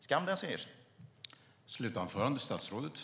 Skam den som ger sig!